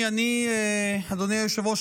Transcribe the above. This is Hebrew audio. אדוני היושב-ראש,